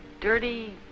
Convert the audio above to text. dirty